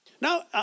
Now